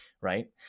right